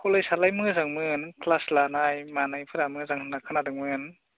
कलेजआलाय मोजांमोन क्लास लानाय मानायफोरा मोजां होनना खोनादोंमोन